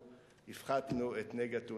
אלא בגלל שאז אפשר היה לתפוס את האנשים.